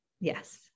Yes